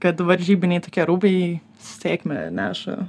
kad varžybiniai tokie rūbai sėkmę neša